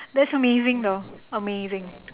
that's amazing though amazing